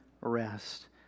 rest